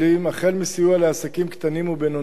החל בסיוע לעסקים קטנים ובינוניים,